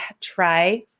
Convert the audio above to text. try